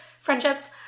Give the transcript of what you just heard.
friendships